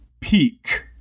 Peak